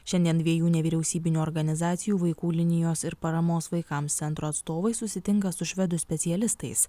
šiandien dviejų nevyriausybinių organizacijų vaikų linijos ir paramos vaikams centro atstovai susitinka su švedų specialistais